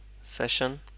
session